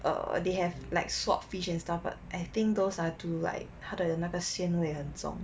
err they have like swordfish and stuff but I think those are too like 他的那个鲜味很重